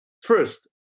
first